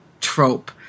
trope